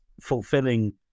fulfilling